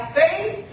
faith